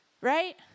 right